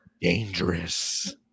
dangerous